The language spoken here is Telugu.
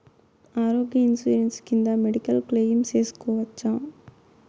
ఆరోగ్య ఇన్సూరెన్సు కింద మెడికల్ క్లెయిమ్ సేసుకోవచ్చా?